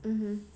mmhmm